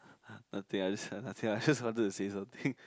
nothing I just nothing I just wanted to say something